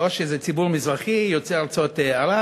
או שזה יהיה: ציבור מזרחי, יוצא ארצות ערב.